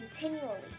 continually